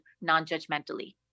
non-judgmentally